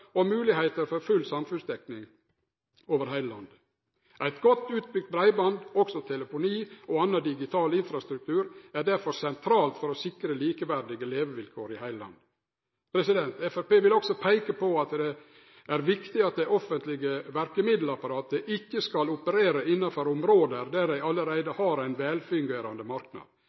og moglegheiter for dekning over heile landet. Godt utbygd breiband, også telefoni og annan digital infrastruktur, er derfor sentralt for å sikre likeverdige levevilkår i heile landet. Framstegspartiet vil også peike på at det er viktig at det offentlege verkemiddelapparatet ikkje opererer innanfor område der ein allereie har ein velfungerande marknad.